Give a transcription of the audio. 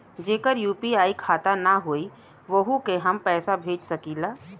जेकर यू.पी.आई खाता ना होई वोहू के हम पैसा भेज सकीला?